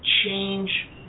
change